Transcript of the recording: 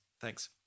Thanks